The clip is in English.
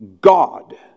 God